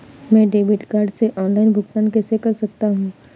मैं debit card से online भुगतान कैसे कर सकता हूँ?